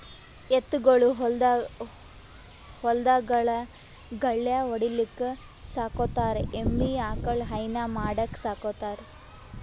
ಎತ್ತ್ ಗೊಳ್ ಹೊಲ್ದಾಗ್ ಗಳ್ಯಾ ಹೊಡಿಲಿಕ್ಕ್ ಸಾಕೋತಾರ್ ಎಮ್ಮಿ ಆಕಳ್ ಹೈನಾ ಮಾಡಕ್ಕ್ ಸಾಕೋತಾರ್